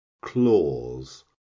Claws